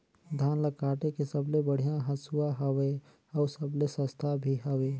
धान ल काटे के सबले बढ़िया हंसुवा हवये? अउ सबले सस्ता भी हवे?